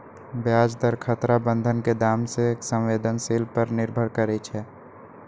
ब्याज दर खतरा बन्धन के दाम के संवेदनशील पर निर्भर करइ छै